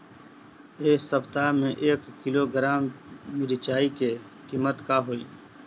एह सप्ताह मे एक किलोग्राम मिरचाई के किमत का होई?